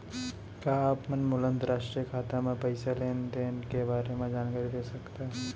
का आप मन मोला अंतरराष्ट्रीय खाता म पइसा लेन देन के बारे म जानकारी दे सकथव?